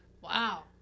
Wow